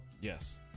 Yes